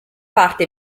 parte